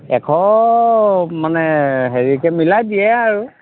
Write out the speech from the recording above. এশ মানে হেৰিকৈ মিলাই দিয়ে আৰু